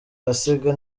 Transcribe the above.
ahasiga